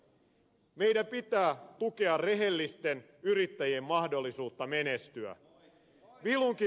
meidän pitää tukea rehellisten yrittäjien mahdollisuutta menestyä